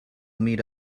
meet